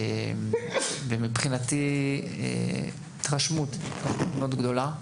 מבחינתי התרשמות מאוד גדולה.